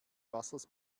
wassers